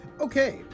okay